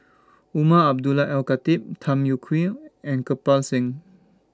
Umar Abdullah Al Khatib Tham Yui Kai and Kirpal Singh